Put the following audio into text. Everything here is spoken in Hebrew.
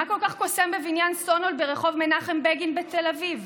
מה כל כך קוסם בבניין סונול ברחוב מנחם בגין בתל אביב?